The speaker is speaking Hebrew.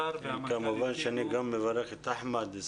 כמובן שאני מברך את אחמד ג'בארין.